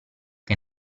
che